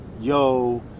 yo